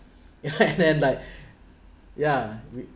and then like yeah we